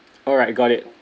alright got it